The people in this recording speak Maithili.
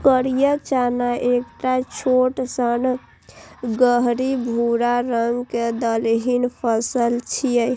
करिया चना एकटा छोट सन गहींर भूरा रंग के दलहनी फसल छियै